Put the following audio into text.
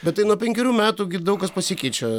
bet tai nuo penkerių metų gi daug kas pasikeičia